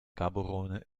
gaborone